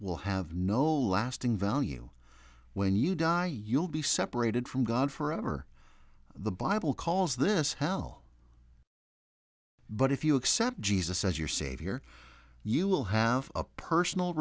will have no lasting value when you die you will be separated from god forever the bible calls this hell but if you accept jesus as your savior you will have a personal